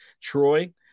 Troy